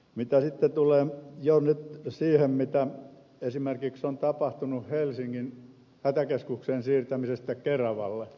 mitä sitten tulee siihen mitä esimerkiksi on tapahtunut helsingin hätäkeskuksen siirtämisestä keravalle